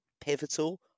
pivotal